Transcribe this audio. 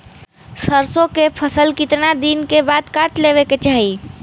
सरसो के फसल कितना दिन के बाद काट लेवे के चाही?